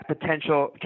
potential